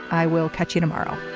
i will catch you tomorrow